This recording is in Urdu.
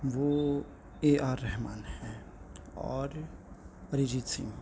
وہ اے آر رحمن ہیں اور اریجیت سنگھ